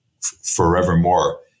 forevermore